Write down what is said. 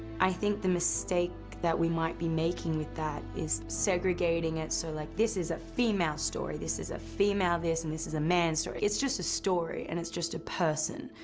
i think the mistake that we might be making with that is segregating it, so like, this is a female story, this is a female this, and this is a man's story. it's just a story and it's just a person,